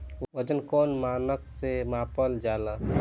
वजन कौन मानक से मापल जाला?